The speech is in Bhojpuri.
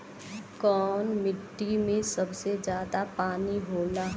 कौन मिट्टी मे सबसे ज्यादा पानी होला?